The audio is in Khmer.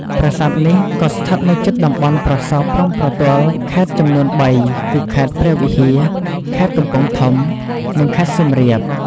ប្រាសាទនេះក៏ស្ថិតនៅជិតតំបន់ប្រសព្វព្រំប្រទល់ខេត្តចំនួនបីគឺ ខេត្តព្រះវិហារ ខេត្តកំពង់ធំ និងខេត្តសៀមរាប។